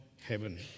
heaven